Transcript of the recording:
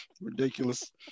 Ridiculous